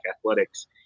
athletics